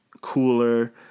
cooler